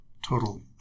Total